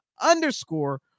underscore